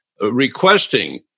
requesting